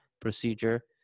procedure